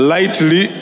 Lightly